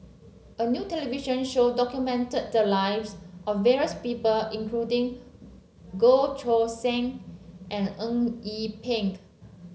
a new television show documented the lives of various people including Goh Choo San and Eng Yee Peng